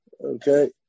Okay